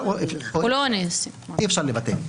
אי אפשר לבטל.